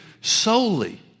solely